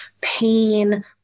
pain